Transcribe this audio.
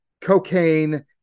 cocaine